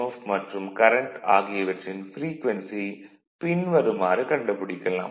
F மற்றும் current ஆகியவற்றின் frequency பின்வருமாறு கண்டுபிடிக்கலாம்